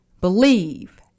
believe